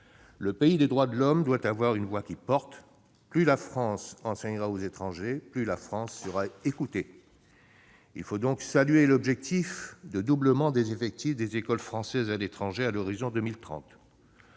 Le pays des droits de l'homme doit avoir une voix qui porte. Plus la France enseignera aux étrangers, plus la France sera écoutée. Il faut donc saluer l'objectif de doublement des effectifs des écoles françaises à l'étranger à l'horizon 2030.